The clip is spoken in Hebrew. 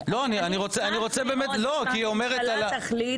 זה שהממשלה תחליט